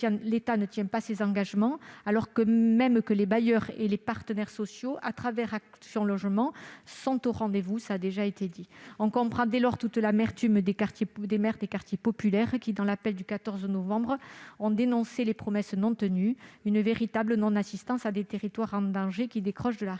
L'État ne tient pas ses engagements, alors même que les bailleurs et les partenaires sociaux sont au rendez-vous à travers Action Logement. On comprend dès lors toute l'amertume des maires des quartiers populaires qui, dans l'appel du 14 novembre dernier, ont dénoncé les promesses non tenues et une véritable non-assistance à des territoires en danger qui décrochent de la République.